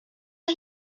are